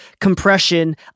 compression